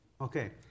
Okay